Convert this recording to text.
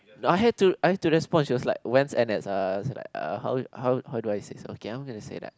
I had to I had to response she was like when's n_s uh so like uh how how how do I say so okay I'm gonna say that